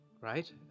right